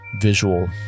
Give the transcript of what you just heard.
visual